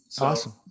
Awesome